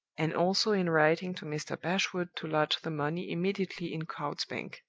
and also in writing to mr. bashwood to lodge the money immediately in coutts's bank.